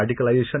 radicalization